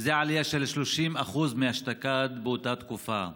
וזו עלייה של 30% מאותה תקופה אשתקד.